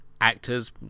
actors